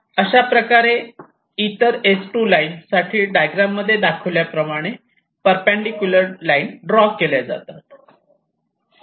अशा प्रकारे इतर S2 लाईन साठी डायग्रॅम मध्ये दाखवल्याप्रमाणे परपेंडिकुलर लाईन ड्रॉ केल्या जातात